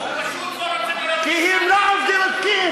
הוא פשוט לא רוצה לראות,